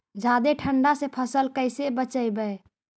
जादे ठंडा से फसल कैसे बचइबै?